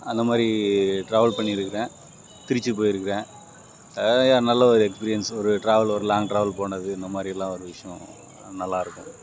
அந்த மாதிரி ட்ராவல் பண்ணியிருக்கேன் திருச்சி போயிருக்கேன் நல்ல ஒரு எக்ஸ்பீரியன்ஸ் ஒரு ட்ராவல் ஒரு லாங் ட்ராவல் போனது இந்த மாதிரிலாம் ஒரு விஷயம் நல்லாயிருக்கும்